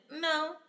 No